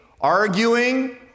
arguing